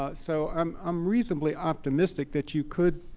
ah so i'm um reasonably optimistic that you could